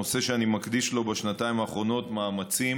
נושא שאני מקדיש לו בשנתיים האחרונות מאמצים